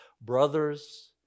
brothers